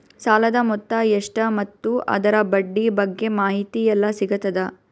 ಸಾಲದ ಮೊತ್ತ ಎಷ್ಟ ಮತ್ತು ಅದರ ಬಡ್ಡಿ ಬಗ್ಗೆ ಮಾಹಿತಿ ಎಲ್ಲ ಸಿಗತದ?